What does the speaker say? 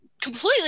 completely